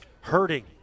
hurting